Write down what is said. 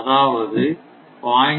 அதாவது 0